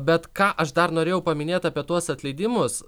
bet ką aš dar norėjau paminėt apie tuos atleidimus